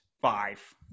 five